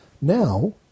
Now